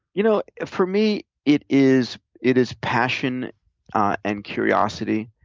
you know for me, it is it is passion and curiosity